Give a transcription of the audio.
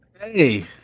Hey